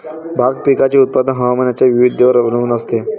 भाग पिकाचे उत्पादन हवामानाच्या विविधतेवर अवलंबून असते